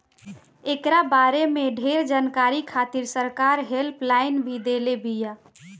एकरा बारे में ढेर जानकारी खातिर सरकार हेल्पलाइन भी देले बिया